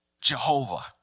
Jehovah